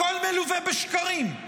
הכול מלווה בשקרים.